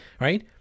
right